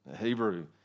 Hebrew